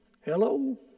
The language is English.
Hello